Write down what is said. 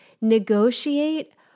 negotiate